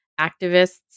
activists